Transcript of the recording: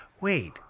wait